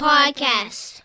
Podcast